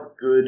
good